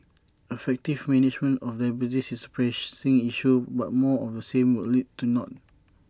effective management of diabetes is A pressing issue but more of the same would lead to naught